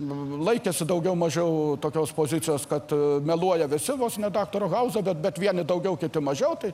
laikėsi daugiau mažiau tokios pozicijos kad meluoja visi vos ne daktaro hauzo bet bet vieni daugiau kiti mažiau tai